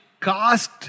cast